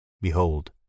Behold